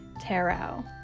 tarot